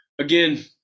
again